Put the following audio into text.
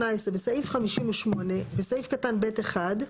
(18) בסעיף 58, בסעיף קטן (ב1),